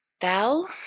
Val